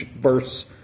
verse